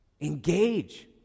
Engage